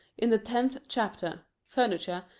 in the tenth chapter furniture,